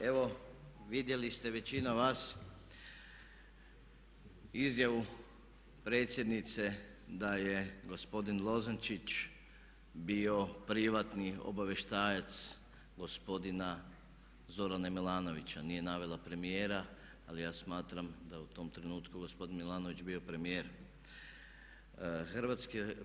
Evo vidjeli ste većina vas izjavu predsjednice da je gospodin Lozančić bio privatni obavještajac gospodina Zorana Milanovića, nije navela premijera ali ja smatram da u tom trenutku gospodin Milanović bio premijer Hrvatske.